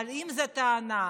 אבל אם זו הטענה,